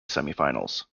semifinals